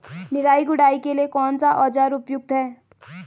निराई गुड़ाई के लिए कौन सा औज़ार उपयुक्त है?